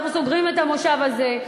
אנחנו סוגרים את המושב הזה,